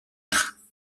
être